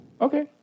Okay